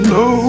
no